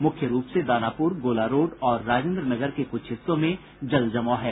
मुख्य रूप से दानापुर गोला रोड और राजेन्द्र नगर के कुछ हिस्सों में जल जमाव है